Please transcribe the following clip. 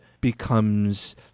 becomes